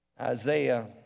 Isaiah